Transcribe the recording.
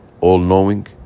all-knowing